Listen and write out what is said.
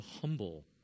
humble